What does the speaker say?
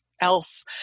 else